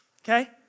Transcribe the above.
okay